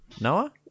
Noah